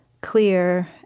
clear